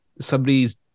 somebody's